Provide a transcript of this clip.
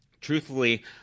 Truthfully